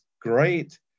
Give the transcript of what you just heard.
great